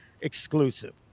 exclusive